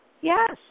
Yes